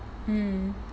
mm